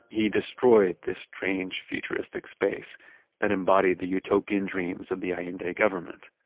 he destroyed this strange futuristic space that embodied the utopian dreams of the allende government.